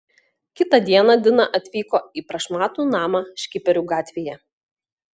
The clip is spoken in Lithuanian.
kitą dieną dina atvyko į prašmatnų namą škiperių gatvėje